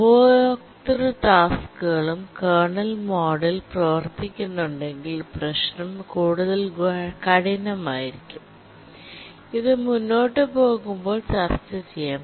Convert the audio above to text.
ഉപയോക്തൃ ടാസ്ക്കുകളും കേർണൽ മോഡിൽ പ്രവർത്തിക്കുന്നുണ്ടെങ്കിൽ പ്രശ്നം കൂടുതൽ കഠിനമായിരിക്കും അത് മുന്നോട്ട് പോകുമ്പോൾ ചർച്ച ചെയ്യാം